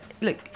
look